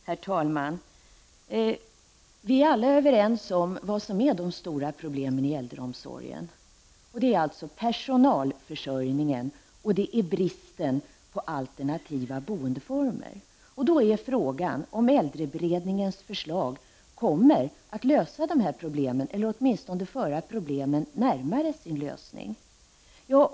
Herr talman! Vi är alla överens om vilka de stora problemen i äldreomsorgen är. Det är personalförsörjningen och bristen på alternativa boendeformer. Frågan är då om äldreberedningens förslag kommer att lösa dessa problem eller åtminstone föra dem närmare en lösning.